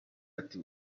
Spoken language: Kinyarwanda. ati